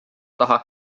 taha